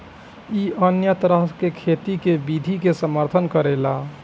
इ अन्य तरह के खेती के विधि के समर्थन करेला